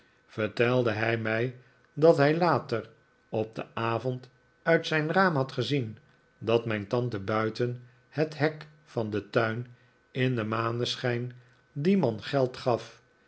vertelde hij mij dat hij later op den avond uit zijn raam had gezien dat mijn tante buiten het hek van den tuin in den maneschijn dien man geld gaf